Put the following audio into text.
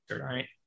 right